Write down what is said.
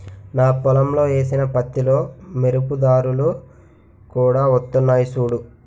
నా పొలంలో ఏసిన పత్తిలో మెరుపు దారాలు కూడా వొత్తన్నయ్ సూడూ